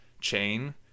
chain